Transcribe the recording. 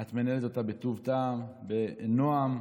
את מנהלת אותה בטוב טעם, בנועם,